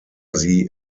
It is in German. sie